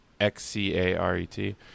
X-C-A-R-E-T